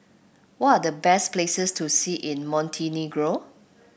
what are the best places to see in Montenegro